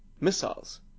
missiles